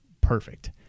perfect